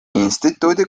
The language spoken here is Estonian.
instituudi